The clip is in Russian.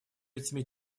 этими